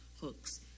Hooks